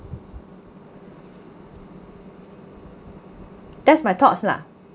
that's my thoughts lah